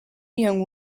young